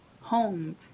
home